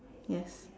yes